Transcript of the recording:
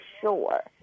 sure